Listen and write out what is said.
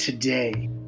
today